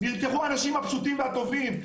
נרצחו אנשים הפשוטים והטובים.